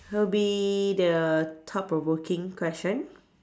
it'll be the thought provoking question